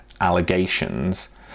allegations